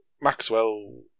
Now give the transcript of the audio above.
Maxwell